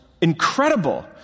incredible